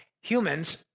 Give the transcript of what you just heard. humans